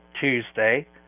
Tuesday